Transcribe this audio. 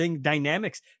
dynamics